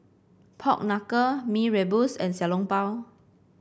Pork Knuckle Mee Rebus and Xiao Long Bao